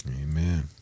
amen